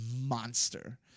monster